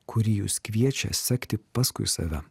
kuri jus kviečia sekti paskui save